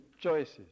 choices